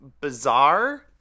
bizarre